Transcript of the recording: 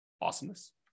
Awesomeness